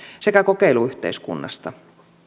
sekä kokeiluyhteiskunnasta